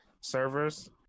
servers